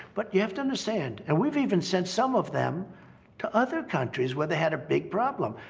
but you have to understand and we've even sent some of them to other countries where they had a big problem.